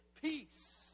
peace